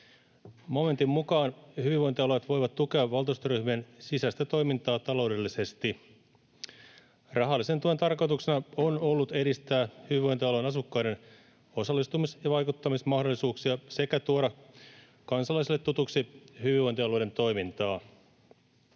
Momentin mukaan hyvinvointialueet voivat tukea valtuustoryhmien sisäistä toimintaa taloudellisesti. Rahallisen tuen tarkoituksena on ollut edistää hyvinvointialueen asukkaiden osallistumis‑ ja vaikuttamismahdollisuuksia sekä tuoda kansalaisille tutuksi hyvinvointialueiden toimintaa.